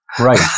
Right